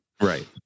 Right